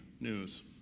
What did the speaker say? news